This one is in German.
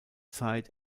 zeit